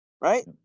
Right